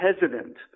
hesitant